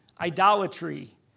idolatry